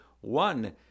one